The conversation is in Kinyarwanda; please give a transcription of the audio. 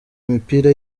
imipira